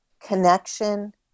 connection